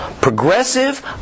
progressive